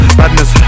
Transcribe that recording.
badness